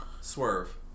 Swerve